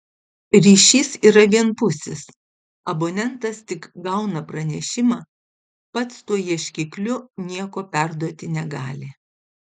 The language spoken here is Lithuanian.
ryšys yra vienpusis abonentas tik gauna pranešimą pats tuo ieškikliu nieko perduoti negali